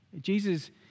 Jesus